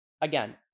Again